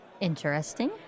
interesting